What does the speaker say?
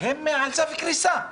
הם על סף קריסה.